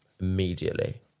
immediately